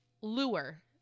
lure